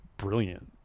brilliant